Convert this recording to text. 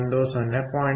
1 0